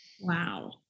Wow